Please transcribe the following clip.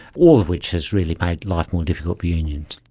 all of which has really made life more difficult for unions.